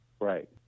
Right